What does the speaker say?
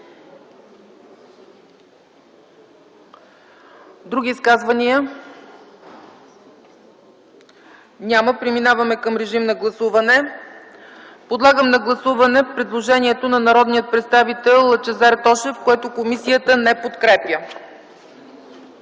други изказвания? Няма. Преминаваме към гласуване. Подлагам на гласуване предложението на народния представител Лъчезар Тошев, което комисията не подкрепя.